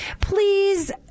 Please